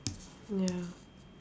ya